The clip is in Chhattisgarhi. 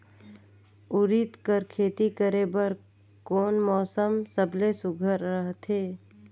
उरीद कर खेती करे बर कोन मौसम सबले सुघ्घर रहथे?